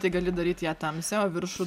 tai gali daryt ją tamsią o viršų